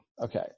Okay